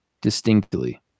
distinctly